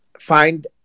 find